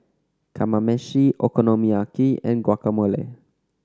Kamameshi Okonomiyaki and Guacamole